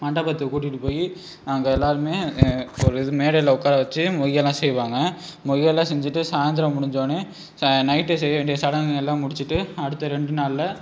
மண்டபத்துக்கு கூட்டிகிட்டுப் போய் நாங்கள் எல்லாருமே ஒரு இது மேடையில் உட்கார வச்சு மொய்யெல்லாம் செய்வாங்க மொய்யெல்லாம் செஞ்சிட்டு சாயந்தரம் முடிஞ்சவொன்னே ச நைட் செய்ய வேண்டிய சடங்குங்கள்லாம் முடித்திட்டு அடுத்த ரெண்டு நாளில்